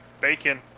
bacon